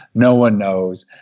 no one knows.